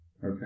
Okay